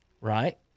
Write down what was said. right